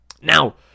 Now